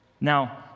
Now